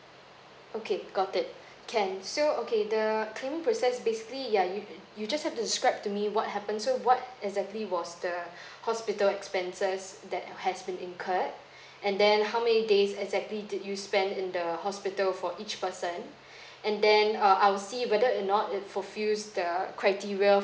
okay got it can so okay the claiming process basically ya you you just have to describe to me what happen so what exactly was the hospital expenses that has been incurred and then how many days exactly did you spend in the hospital for each person and then uh I will see whether or not it fulfills the criteria